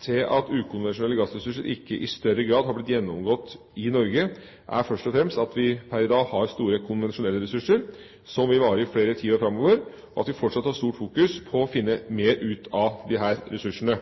til at ukonvensjonelle gassressurser ikke i større grad har blitt gjennomgått i Norge, er først og fremst at vi per i dag har store konvensjonelle ressurser som vil vare i flere tiår framover, og at vi fortsatt har et stort fokus på å finne mer av disse ressursene,